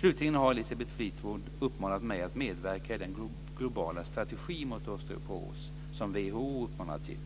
Slutligen har Elisabeth Fleetwood uppmanat mig att medverka i den globala strategi mot osteoporos som WHO uppmanar till.